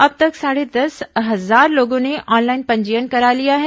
अब तक साढे दस हजार लोगों ने ऑनलाइन पंजीयन करा लिया है